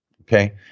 Okay